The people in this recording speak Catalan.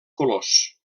colors